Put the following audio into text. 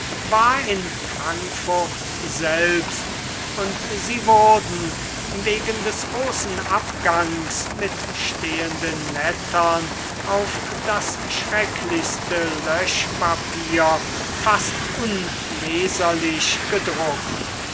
war in frankfurt selbst und sie wurden wegen des großen abgangs mit stehenden lettern auf das schrecklichste löschpapier fast unleserlich gedruckt